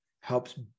helps